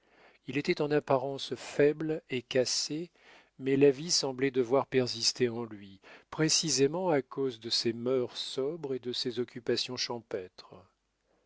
il était en apparence faible et cassé mais la vie semblait devoir persister en lui précisément à cause de ses mœurs sobres et de ses occupations champêtres